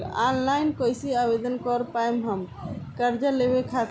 Online कइसे आवेदन कर पाएम हम कर्जा लेवे खातिर?